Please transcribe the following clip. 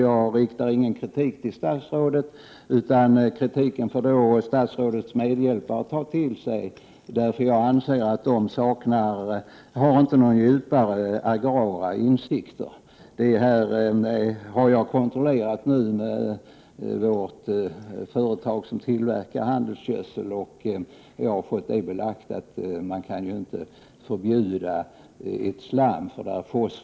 Jag riktar ingen kritik mot statsrådet, utan den kritiken får statsrådets medhjälpare ta till sig — jag anser att de inte har några djupare agrara insikter. Jag har kontrollerat det här med ett företag som tillverkar handelsgödsel och fått bekräftat att man inte kan förbjuda ett slam för att det är fosfor i det.